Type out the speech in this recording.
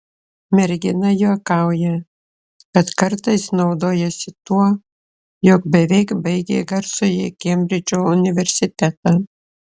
mergina juokauja kad kartais naudojasi tuo jog beveik baigė garsųjį kembridžo universitetą